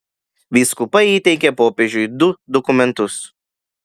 vyskupai įteikė popiežiui du dokumentus